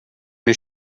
his